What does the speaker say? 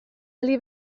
aldi